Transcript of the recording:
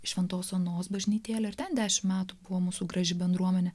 šventos onos bažnytėlę ir ten dešimt metų buvo mūsų graži bendruomenė